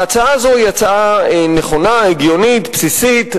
ההצעה הזו היא הצעה הגיונית ובסיסית,